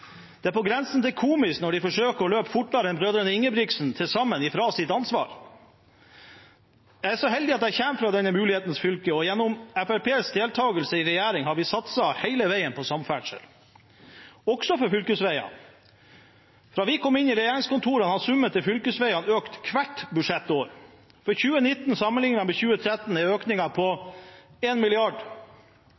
Det er på grensen til komisk når de forsøker å løpe fra sitt ansvar – fortere enn brødrene Ingebrigtsen til sammen. Jeg er så heldig at jeg kommer fra dette mulighetens fylke, og gjennom Fremskrittspartiets deltakelse i regjering har vi satset hele veien på samferdsel – også på fylkesveier. Fra vi kom inn i regjeringskontorene, har summen til fylkesveiene økt hvert budsjettår. For 2019, sammenlignet med 2013, er økningen på